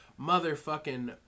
motherfucking